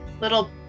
little